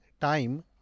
time